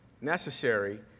necessary